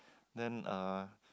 then uh